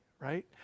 right